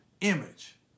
image